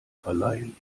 verleihen